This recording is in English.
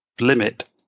limit